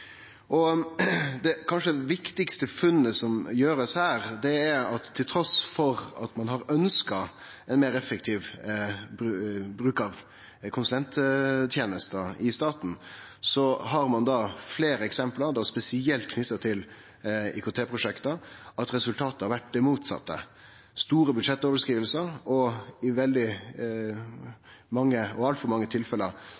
og det set eg pris på. Eg vil også takke Riksrevisjonen for eit godt stykke arbeid, som er verdifullt. Det kanskje viktigaste funnet ein har gjort her, er at ein – trass i at ein har ønskt ein meir effektiv bruk av konsulenttenester i staten – har fleire eksempel, spesielt knytte til IKT-prosjekt, på at resultatet har vore det motsette: